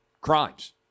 crimes